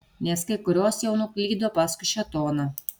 nes kai kurios jau nuklydo paskui šėtoną